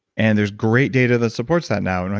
and there's great data that supports that now. and